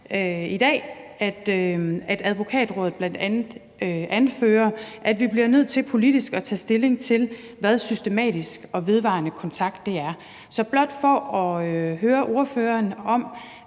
i dag, at Advokatrådet bl.a. anfører, at vi bliver nødt til politisk at tage stilling til, hvad systematisk og vedvarende kontakt er. Så jeg vil blot høre ordføreren, om